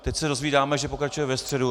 Teď se dozvídáme, že pokračuje ve středu.